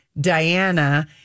diana